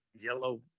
yellow